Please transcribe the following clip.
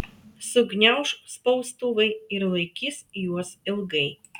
sugniauš spaustuvai ir laikys juos ilgai